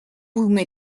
vous